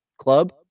club